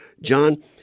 John